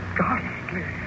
ghastly